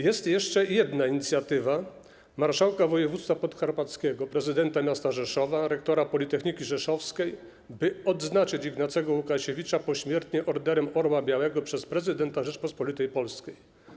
Jest jeszcze jedna inicjatywa marszałka województwa podkarpackiego, prezydenta miasta Rzeszowa, rektora Politechniki Rzeszowskiej, by odznaczyć Ignacego Łukasiewicza pośmiertnie Orderem Orła Białego przez prezydenta Rzeczypospolitej Polskiej.